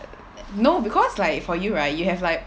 no because like for you right you have like